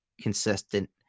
consistent